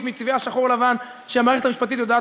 מצבעי השחור-לבן שהמערכת המשפטית יודעת,